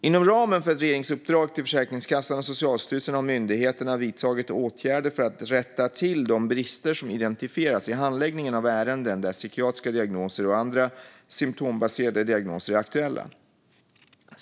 Inom ramen för ett regeringsuppdrag till Försäkringskassan och Socialstyrelsen har myndigheterna vidtagit åtgärder för att rätta till de brister som identifierats i handläggningen av ärenden där psykiatriska diagnoser och andra symtombaserade diagnoser är aktuella.